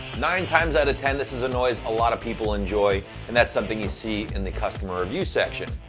nine times out of ten, this is a noise a lot of people enjoy and that's something you see in the customer review section.